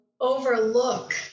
overlook